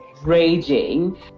raging